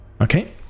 Okay